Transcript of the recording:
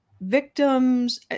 victims